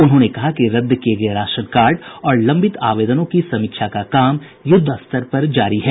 उन्होंने कहा कि रद्द किये गये राशन कार्ड और लंबित आवेदनों की समीक्षा का काम युद्धस्तर पर जारी है